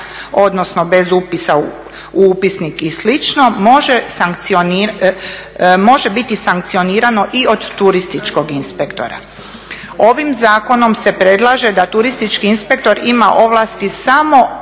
odnosno bez upisa u upisnik i slično može biti sankcionirano i od turističkog inspektora. Ovim zakonom se predlaže da turistički inspektor ima ovlasti samo